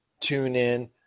TuneIn